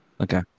Okay